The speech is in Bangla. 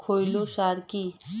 খৈল সার কি?